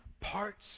parts